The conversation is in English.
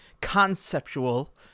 conceptual